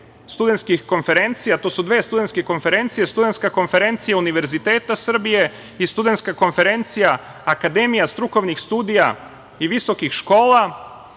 studentskih konferencija, to su dve studentske konferencije - Studentska konferencija Univerziteta Srbije i Studentska konferencija akademija strukovnih studija i visokih škola.